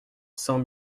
cent